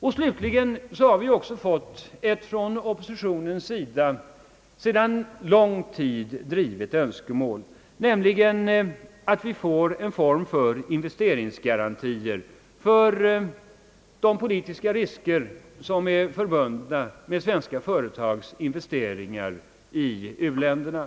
För det femte har vi också fått ett från oppositionens sida sedan lång tid drivet önskemål tillfredsställt, nämligen beslut om förslag till en form för investeringsgarantier för de politiska risker som är förbundna med svenska företags investeringar i u-länderna.